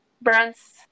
brands